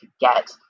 get